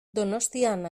donostian